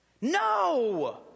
No